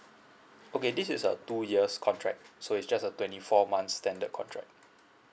okay this is a two years contract so is just a twenty four months standard contract